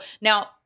now